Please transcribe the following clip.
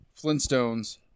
Flintstones